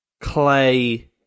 clay